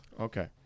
Okay